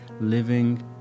Living